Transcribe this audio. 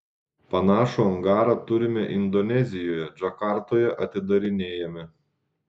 panašų angarą turime indonezijoje džakartoje atidarinėjame